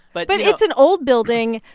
but. but it's an old building.